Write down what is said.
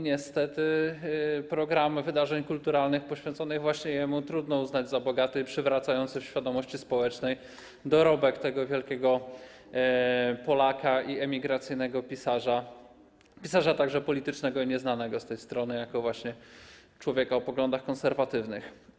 Niestety programy wydarzeń kulturalnych poświęconych właśnie jemu trudno uznać za bogaty i przywracający w świadomości społecznej dorobek tego wielkiego Polaka, emigracyjnego pisarza, pisarza także politycznego, nieznanego z tej strony, człowieka o poglądach konserwatywnych.